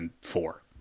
four